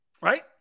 right